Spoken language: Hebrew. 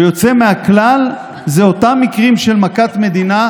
ויוצא מהכלל זה אותם מקרים של מכת מדינה,